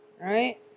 right